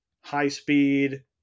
high-speed